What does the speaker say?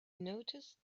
noticed